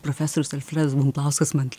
profesorius alfredas bumblauskas man